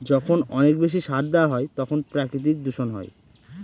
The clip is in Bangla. যখন অনেক বেশি সার দেওয়া হয় তখন প্রাকৃতিক দূষণ হয়